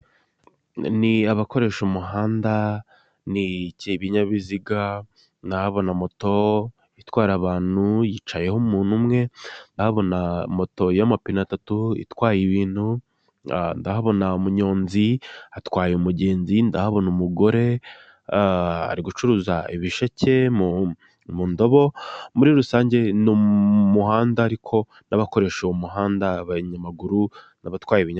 Ni abakoresha umuhanda ni ibinyabiziga ndahabona moto itwara abantu yicayeho umuntu umwe, ndahabona moto y'amapine atatu itwaye ibintu ndahabona munyonzi atwaye umugenzi ndahabona umugore ari gucuruza ibisheke mu ndobo, muri rusange ni mu muhanda ariko n'abakoresha uwo muhanda abanyamaguru baratwaye ibyanyabiziga.